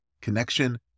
Connection